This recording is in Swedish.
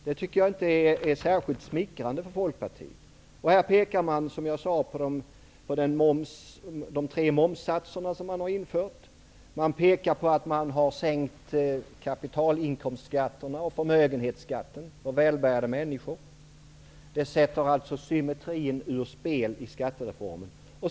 Det är inte särskilt smickrande för I Dagens industri pekar man på de tre momssatser som har införts, på att kapital , inkomst och förmögenhetsskatterna har sänkts för välbärgade människor. Det sätter symmetrin i skattereformen ur spel.